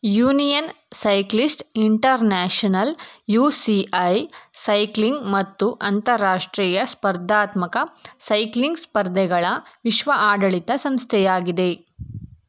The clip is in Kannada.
union cyclist international U C I cycling ಮತ್ತು ಅಂತಾರಾಷ್ಟ್ರೀಯ ಸ್ಪರ್ಧಾತ್ಮಕ ಸೈಕ್ಲಿಂಗ್ ಸ್ಪರ್ಧೆಗಳ ವಿಶ್ವ ಆಡಳಿತ ಸಂಸ್ಥೆಯಾಗಿದೆ